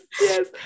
yes